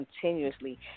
Continuously